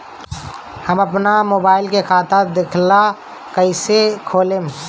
हम आपन मोबाइल से खाता के देखेला कइसे खोलम?